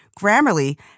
Grammarly